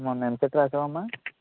మొన్న ఎంసెట్ రాసావా అమ్మ